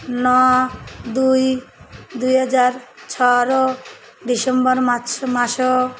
ନଅ ଦୁଇ ଦୁଇ ହଜାର ଛଅର ଡ଼ିସେମ୍ବର ମାସ